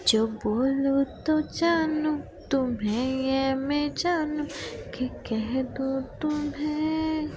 जो बोलू तो जानू तुम्हे ये मे जानू की कह दू तुम्हे